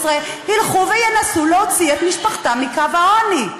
ילכו וינסו להוציא את משפחתם מקו העוני.